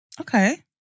Okay